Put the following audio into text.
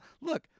look